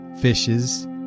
fishes